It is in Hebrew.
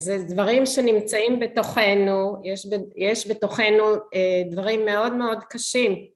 זה דברים שנמצאים בתוכנו, יש בתוכנו דברים מאוד מאוד קשים.